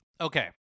Okay